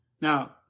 Now